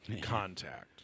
contact